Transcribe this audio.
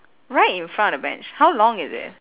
right in front of the bench how long is it